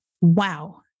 wow